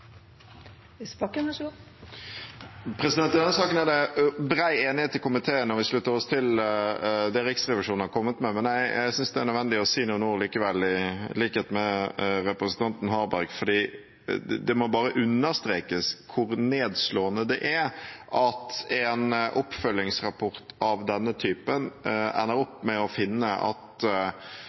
det bred enighet i komiteen, og vi slutter oss til det Riksrevisjonen har kommet med. Men jeg synes i likhet med representanten Harberg at det er nødvendig å si noen ord likevel, fordi det må understrekes hvor nedslående det er at en oppfølgingsrapport av denne typen ender opp med å finne – i hvert fall er det det etterlatte inntrykket – at